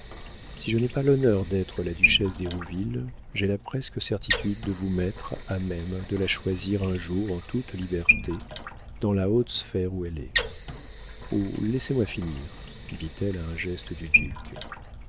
si je n'ai pas l'honneur d'être la duchesse d'hérouville j'ai la presque certitude de vous mettre à même de la choisir un jour en toute liberté dans la haute sphère où elle est oh laissez-moi finir dit-elle à un geste du duc